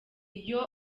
iyo